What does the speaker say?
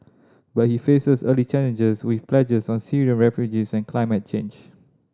but he faces early challenges with pledges on Syrian refugees and climate change